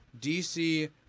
DC –